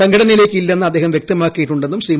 സംഘടനയിലേക്ക് ഇല്ലെന്ന് അദ്ദേഹം വൃക്തമാക്കിയിട്ടുണ്ടെന്നും ശ്രീ